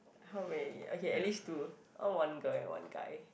how many okay at least two I want a girl and one guy